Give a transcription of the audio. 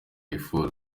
byishimo